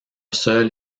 seul